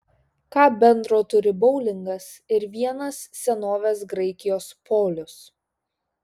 ką bendro turi boulingas ir vienas senovės graikijos polius